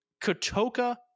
Katoka